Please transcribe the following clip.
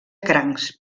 crancs